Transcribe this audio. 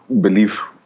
belief